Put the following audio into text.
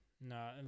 no